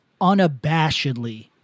unabashedly